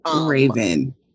raven